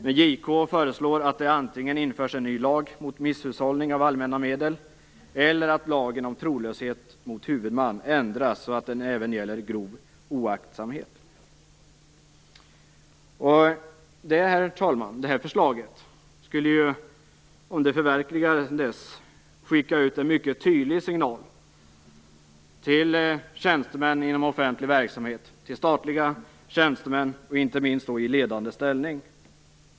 Men JK föreslår att det antingen införs en ny lag mot misshushållning av allmänna medel eller att lagen om trolöshet mot huvudman ändras så att den även gäller grov oaktsamhet. Herr talman! Detta förslag skulle ju, om det förverkligades, sända ut en mycket tydlig signal till tjänstemän inom offentlig verksamhet, till statliga tjänstemän, inte minst i ledande ställning.